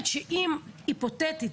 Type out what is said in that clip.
היפותטית,